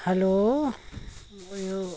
hello उयो